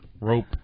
rope